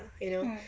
mm